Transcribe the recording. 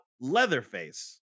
Leatherface